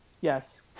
Yes